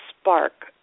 spark